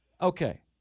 okay